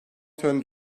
töreni